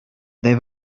they